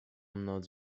noc